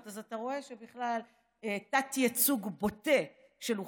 אז אתה רואה בכלל תת-ייצוג בוטה של אוכלוסיות.